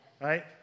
right